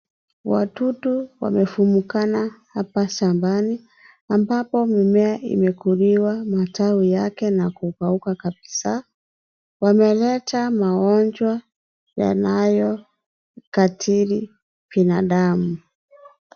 Wadudu wamefumukana hapa shambani ambapo mimea imekuliwa matawi yake na kukauka kabisaa, wameleta magonjwa yanayoathiri binadamu.